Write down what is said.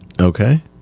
Okay